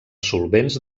solvents